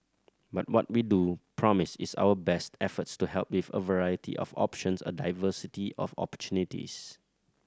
but what we do promise is our best efforts to help with a variety of options a diversity of opportunities